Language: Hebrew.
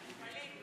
חיובי.